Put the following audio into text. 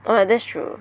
!wah! that's true